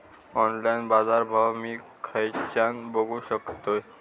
Online बाजारभाव मी खेच्यान बघू शकतय?